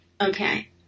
Okay